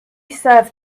serve